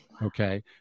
Okay